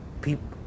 people